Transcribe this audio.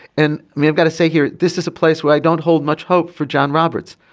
and we have got to say here this is a place where i don't hold much hope for john roberts.